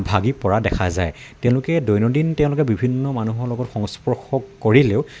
ভাগি পৰা দেখা যায় তেওঁলোকে দৈনন্দিন তেওঁলোকে বিভিন্ন মানুহৰ লগত সংস্পৰ্শ কৰিলেও